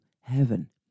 heaven